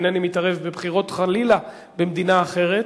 אינני מתערב חלילה בבחירות במדינה אחרת,